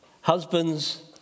Husbands